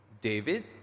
David